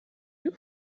you